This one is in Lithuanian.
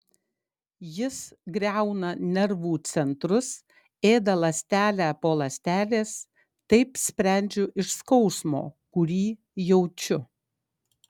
jis griauna nervų centrus ėda ląstelę po ląstelės taip sprendžiu iš skausmo kurį jaučiu